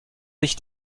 sich